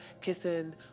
kissing